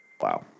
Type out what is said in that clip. wow